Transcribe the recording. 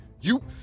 You-